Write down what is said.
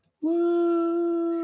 Woo